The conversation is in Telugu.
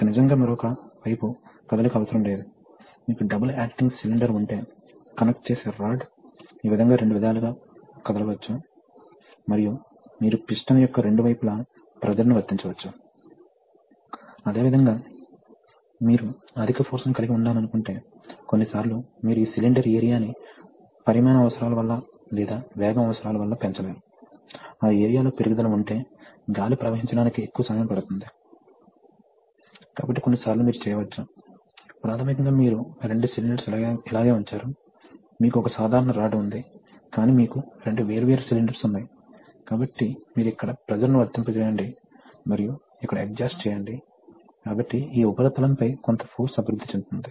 ఫోర్స్ అవసరాన్ని పంపు ద్వారా నిర్వహించగలిగినంత కాలం మనము రిజనరేటివ్ సర్క్యూట్ కి వెళ్తాము కాబట్టి పంప్ ప్రవాహం రేటుతో మనము అధిక వేగాన్ని సాధిస్తున్నాము అయితే ఫోర్స్ అవసరం పెరిగినప్పుడల్లా వెంటనే సిస్టమ్ కన్వెన్షనల్ సర్క్యూట్కు మారుతుంది ప్రెషర్ ఇప్పుడు పూర్తిగా వర్తించబడుతుంది కాబట్టి మనము నిర్వహించవచ్చు మరియు ప్రవాహం రేటు పడిపోతుంది